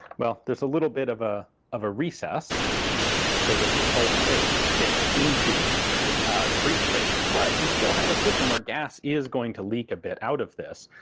well, there's a little bit of a of a recess so that the bolt face fits into the breech face, but you still have a system where gas is going to leak a bit out of this.